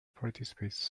participates